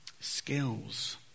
skills